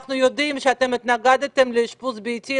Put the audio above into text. אנחנו יודעים שאתם התנגדתם לאשפוז ביתי,